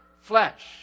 flesh